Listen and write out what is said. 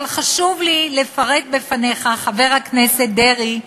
אבל חשוב לי לפרט בפניך, חבר הכנסת דרעי,